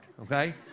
okay